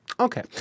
Okay